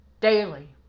daily